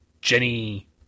Jenny